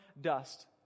Dust